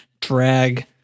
drag